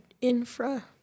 infra